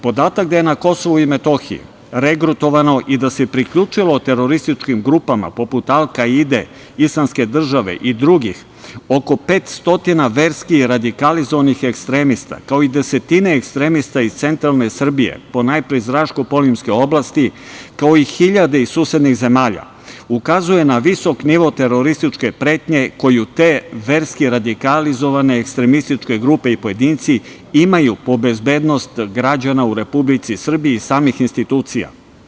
Podatak da je na Kosovu i Metohiji regrutovano i da se priključilo terorističkim grupama, poput Alkaide, Islamske države i drugih, oko 500 verski radikalizovanih ekstremista, kao i desetine ekstremista iz centralne Srbije, ponajpre iz Raško-polimske oblasti, kao i hiljade iz susednih zemalja, ukazuje na visok nivo terorističke pretnje koju te verski radikalizovane ekstremističke grupe i pojedinci imaju po bezbednost građana u Republici Srbiji i samih institucija.